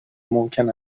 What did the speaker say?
ممکن